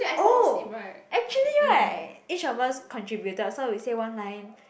oh actually right each of us contributed so we say one line